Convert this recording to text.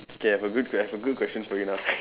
okay I've a good I've a good question for you now